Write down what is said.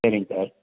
சரிங்க சார்